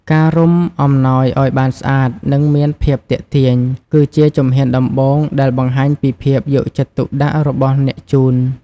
ការរុំអំណោយឲ្យបានស្អាត និងមានភាពទាក់ទាញ គឺជាជំហានដំបូងដែលបង្ហាញពីភាពយកចិត្តទុកដាក់របស់អ្នកជូន។